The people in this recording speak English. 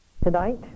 Tonight